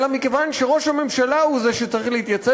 אלא מכיוון שראש הממשלה הוא זה שצריך להתייצב